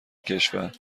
کشور